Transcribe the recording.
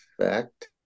effect